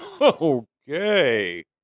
Okay